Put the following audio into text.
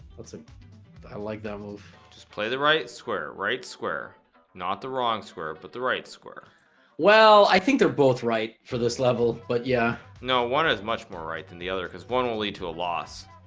that's a i like that move just play the right square right square not the wrong square but the right square well i think they're both right for this level but yeah no one is much more right than the other because one will lead to a loss